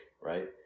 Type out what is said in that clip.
right